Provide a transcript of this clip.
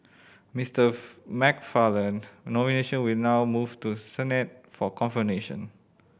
Mister McFarland nomination will now move to Senate for confirmation